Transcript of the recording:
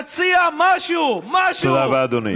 ממש זכויות אדם.